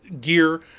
gear